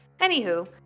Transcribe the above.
Anywho